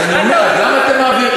אז אני אומר, למה אתם מעבירים?